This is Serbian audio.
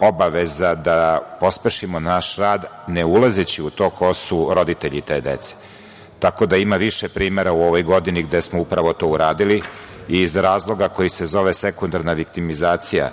obaveza da pospešimo naš rad, ne ulazeći u to ko su roditelji te dece. Ima više primera u ovoj godini gde smo upravo to uradili. Iz razloga koji se zove sekundarna viktimizacija